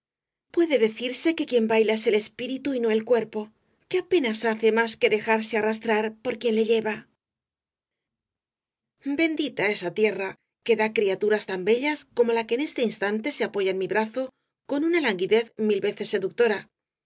puede decirse que quien baila es el espíritu y no el cuerpo que apenas hace más que dejarse arrastrar por quien le lleva bendita esa tierra que da criaturas tan bellas como la que en este instante se apoya en mi brazo con una languidez mil veces seductora qué